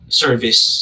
service